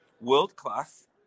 world-class